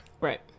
Right